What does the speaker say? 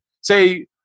say